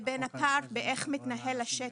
לבין הפער באיך מתנהל השטח,